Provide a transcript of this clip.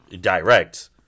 direct